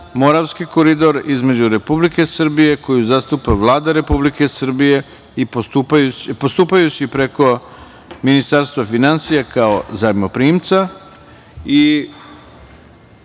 (Moravski koridor) između Republike Srbije koju zastupa Vlada Republike Srbije, postupajući preko Ministarstva finansija kao Zajmoprimca